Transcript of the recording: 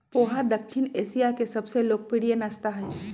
पोहा दक्षिण एशिया के सबसे लोकप्रिय नाश्ता हई